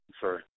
Sorry